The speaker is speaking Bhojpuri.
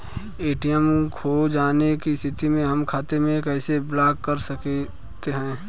ए.टी.एम खो जाने की स्थिति में हम खाते को कैसे ब्लॉक कर सकते हैं?